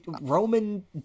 Roman